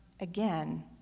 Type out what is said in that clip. again